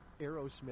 Aerosmith